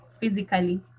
physically